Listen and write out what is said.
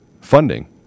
funding